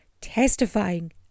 testifying